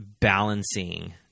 balancing